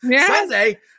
Sunday